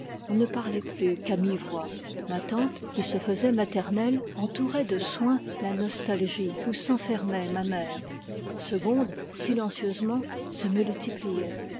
on ne parlait plus qu'à mi-voix ma tante qui se faisait maternelle entourait de soins la nostalgie où s'enfermait ma mère segonde silencieusement se multipliait